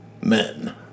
men